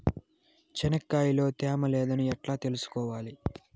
చెనక్కాయ లో తేమ లేదని ఎట్లా తెలుసుకోవాలి?